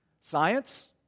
Science